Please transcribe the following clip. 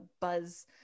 buzz